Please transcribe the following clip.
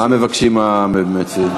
מה מבקשים המציעים?